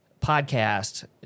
podcast